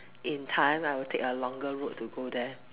in time I will take a longer route to go there